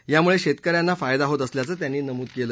यामुळे शेतक यांना फायदा होत असल्याचं त्यांनी नमूद केलं